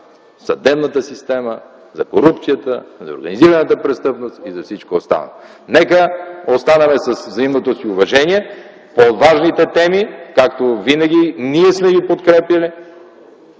съдебната система, за корупцията, за организираната престъпност и за всичко останало. Нека останем с взаимно уважение по важните теми. Както винаги, ние сме ви подкрепяли.